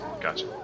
Gotcha